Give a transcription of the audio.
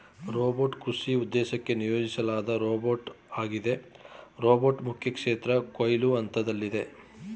robot ಕೃಷಿ ಉದ್ದೇಶಕ್ಕೆ ನಿಯೋಜಿಸ್ಲಾದ ರೋಬೋಟ್ಆಗೈತೆ ರೋಬೋಟ್ ಮುಖ್ಯಕ್ಷೇತ್ರ ಕೊಯ್ಲು ಹಂತ್ದಲ್ಲಿದೆ